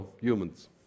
humans